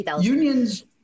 Unions